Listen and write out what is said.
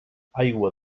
aigua